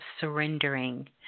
surrendering